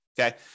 Okay